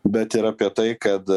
bet ir apie tai kad